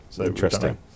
Interesting